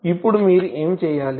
ఇప్పుడు మీరు ఏమి చేయాలి